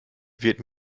wird